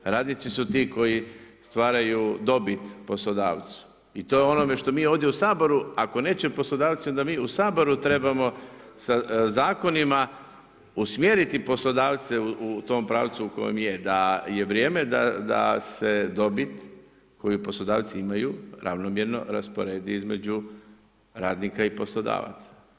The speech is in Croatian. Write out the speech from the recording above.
Radnici su ti koji stvaraju dobit poslodavcu i to je ono što mi ovdje u Saboru, ako neće poslodavci, onda mi u Saboru trebamo sa zakonima usmjeriti poslodavce u tom pravcu u kojem je, da je vrijeme da se dobit koju poslodavci imaju ravnomjerno rasporedi između radnika i poslodavaca.